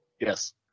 yes